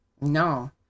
No